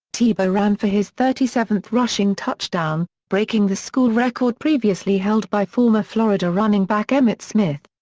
tebow ran for his thirty seventh rushing touchdown, breaking the school record previously held by former florida running back emmitt smith.